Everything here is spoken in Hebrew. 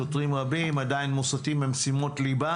שוטרים רבים עדיין מוסטים ממשימות ליבה